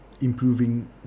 improving